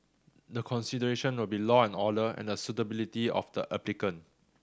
the consideration will be law and order and the suitability of the applicant